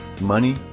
Money